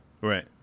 Right